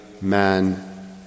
man